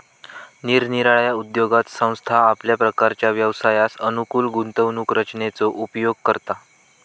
निरनिराळ्या उद्योगात संस्था आपल्या प्रकारच्या व्यवसायास अनुकूल गुंतवणूक रचनेचो उपयोग करता